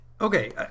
Okay